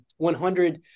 100